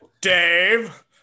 Dave